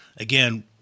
Again